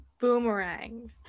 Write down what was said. Boomerang